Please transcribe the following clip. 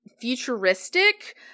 futuristic